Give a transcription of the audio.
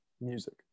music